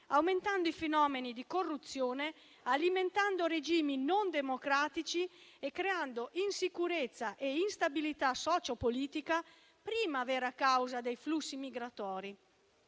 aumentando i fenomeni di corruzione, alimentando regimi non democratici e creando insicurezza e instabilità sociopolitica, prima vera causa dei flussi migratori.